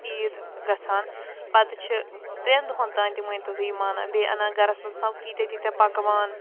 عیٖد گَژھان پتہٕ چھِ ترٛین دۄہن تانۍ تہٕ مٲنۍ تو تُہۍ یہِ مناوان بیٚیہِ اَنان گَرس منٛز آسان تیٖتاہ تیٖتاہ پکوان